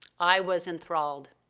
i was enthralled.